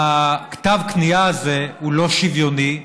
כתב הכניעה הזה הוא לא שוויוני,